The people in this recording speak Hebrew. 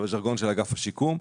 זה ז'רגון של אגף השיקום.